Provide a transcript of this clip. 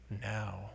now